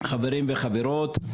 חברים וחברות,